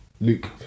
Luke